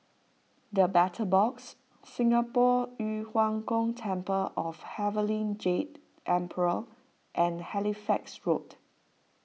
the Battle Box Singapore Yu Huang Gong Temple of Heavenly Jade Emperor and Halifax Road